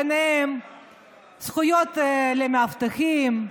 ובהם זכויות למאבטחים,